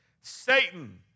Satan